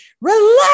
relax